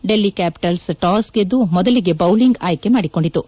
Delhi capitals toss ಗೆದ್ದು ಮೊದಲಿಗೆ bowling ಆಯ್ಕೆ ಮಾಡಿಕೊಂಡಿತು